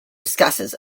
discusses